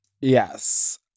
Yes